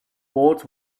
boards